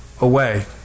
away